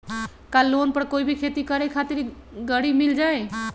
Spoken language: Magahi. का लोन पर कोई भी खेती करें खातिर गरी मिल जाइ?